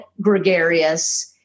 gregarious